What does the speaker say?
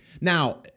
Now